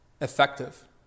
effective